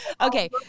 Okay